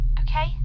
Okay